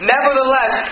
Nevertheless